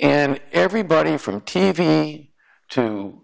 and everybody from t v to